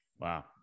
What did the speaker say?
Wow